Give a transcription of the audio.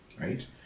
right